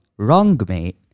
Wrongmate